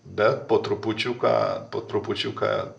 bet po trupučiuką po trupučiuką